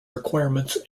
requirements